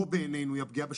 פה בעינינו הפגיעה בשוויון.